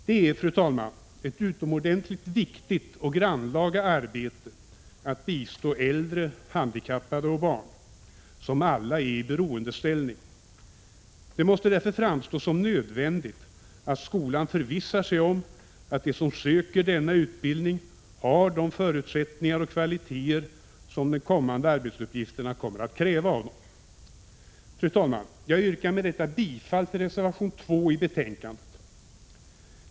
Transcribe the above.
Det är, fru talman, ett utomordentligt viktigt och grannlaga arbete att bistå äldre, handikappade och barn, som alla är i beroendeställning. Det måste därför framstå som nödvändigt att skolan förvissar sig om att de som söker denna utbildning har de förutsättningar och kvaliteter som de kommande arbetsuppgifterna kommer att kräva av dem. Fru talman! Jag yrkar med detta bifall till reservation 2 i betänkandet.